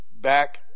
back